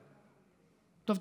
טוב,